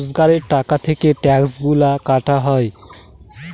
রোজগারের টাকা থেকে ট্যাক্সগুলা কাটা হয়